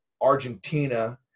Argentina